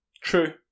True